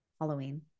Halloween